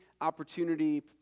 opportunity